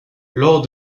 lors